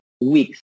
weeks